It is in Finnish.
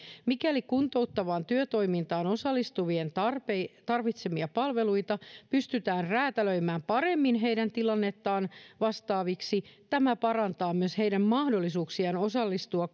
mikäli kuntouttavaan työtoimintaan osallistuvien tarvitsemia palveluita pystytään räätälöimään paremmin heidän tilannettaan vastaaviksi tämä parantaa myös heidän mahdollisuuksiaan osallistua